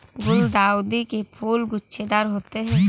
गुलदाउदी के फूल गुच्छेदार होते हैं